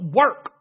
work